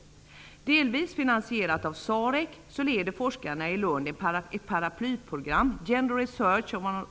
Forskningen har delvis finansierats av SAREC. Forskarna i Lund leder ett paraplyprogram, Gender Research on